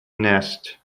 nest